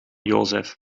jozef